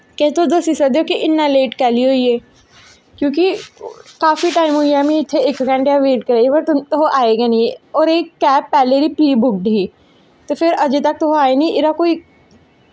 केह् तुस दस्सी सकदे ओ कि इन्ना लेट कैहली होई गे क्योंकि काफी टाईम होई गेआ में इत्थें इक घैंटा वेट करदे तुस आए गै निं होर एह् कैब पैह्लें दी प्री बुक्ड ही ते फिर अजें तक तुस आए निं एह्दा कोई